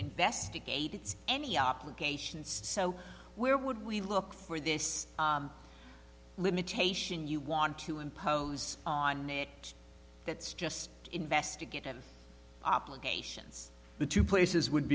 investigate it's any obligation so where would we look for this limitation you want to impose on it that's just investigative obligations the two places would